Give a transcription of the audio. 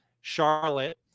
Charlotte